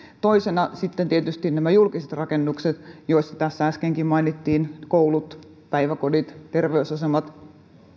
toisena sitten tietysti nämä julkiset rakennukset joista tässä äskenkin mainittiin koulut päiväkodit terveysasemat